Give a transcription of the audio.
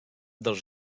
dels